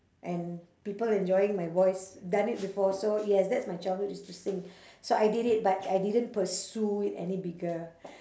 and people enjoying my voice done it before so yes that's my childhood it's to sing so I did it but I didn't pursue it any bigger